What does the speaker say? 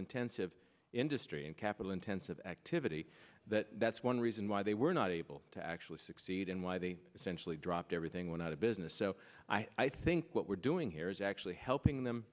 intensive industry and capital intensive activity that that's one reason why they were not able to actually succeed and why they essentially dropped everything went out of business so i think what we're doing here is actually helping them